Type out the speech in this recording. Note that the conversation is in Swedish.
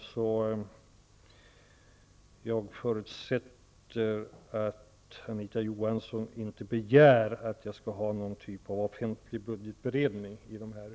På så vis skulle 5 000 arbetslösa få jobb och kostnaden för kontantstöd för dem försvinna. Ur ett samhällsekonomiskt perspektiv är detta ekonomiskt fördelaktigt.